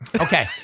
Okay